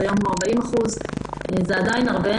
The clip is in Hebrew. היום הוא 40%. זה עדיין הרבה,